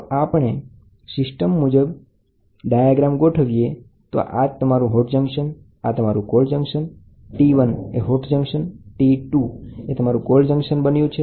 તો આપણે સિસ્ટમ મુજબ ગોઠવેલુ હોય તો આ તમારું હોટ જંકશન આ તમારુ કોલ્ડ જંકશનતમારી પાસે T1 એ હોટ જંકશન છે અને T2 એ તમારુ કોલ્ડ જંકશન થશે